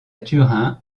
turin